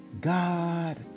God